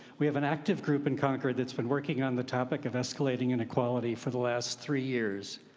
we have an active group in concord that's been working on the topic of escalating inequality for the last three years.